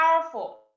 powerful